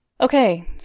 Okay